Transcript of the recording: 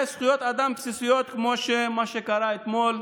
זכויות אדם בסיסיות, כמו מה שקרה אתמול,